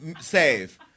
save